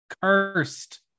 cursed